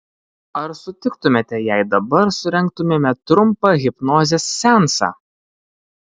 ar sutiktumėte jei dabar surengtumėme trumpą hipnozės seansą